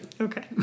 Okay